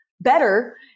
better